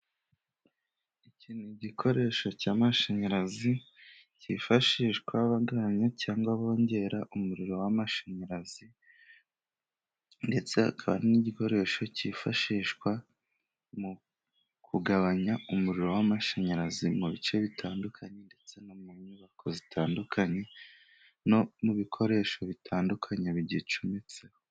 Iki ni igikoresho cy'amashanyarazi cyifashishwa bagabanya cyangwa bongera umuriro w'amashanyarazi, ndetse akaba n'igikoresho cyifashishwa mu kugabanya umuriro w'amashanyarazi mu bice bitandukanye, ndetse no mu nyubako zitandukanye no mu bikoresho bitandukanye bigicumbitseho.